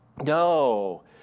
No